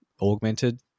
augmented